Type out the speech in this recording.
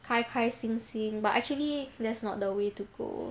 开开心心 but actually that's not the way to go